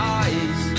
eyes